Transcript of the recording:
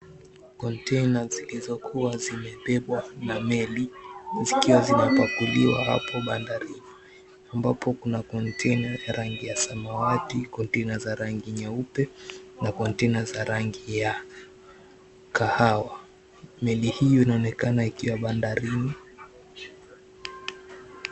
Konteina zilizokuwa zimebebwa na meli, zikiwa zinapakuliwa hapo bandarini ambapo kuna konteina ya rangi ya samawati, konteina za rangi nyeupe na konteina za rangi ya kahawa. Meli hiyo inaonekana ikiwa bandarini.